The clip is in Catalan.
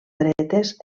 dretes